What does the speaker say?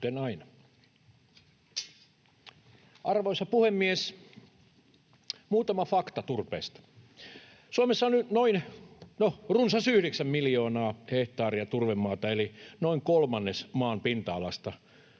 Arvoisa puhemies! Muutama fakta turpeesta: Suomessa on nyt runsas 9 miljoonaa hehtaaria turvemaata, eli noin kolmannes maan pinta-alasta, ja